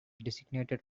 designated